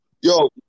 Yo